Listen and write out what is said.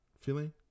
feeling